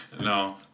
no